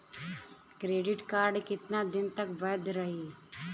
Credit card कितना दिन तक वैध रही?